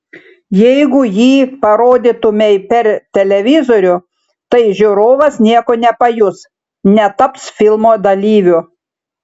jeigu jį parodytumei per televizorių tai žiūrovas nieko nepajus netaps filmo dalyviu